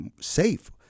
safe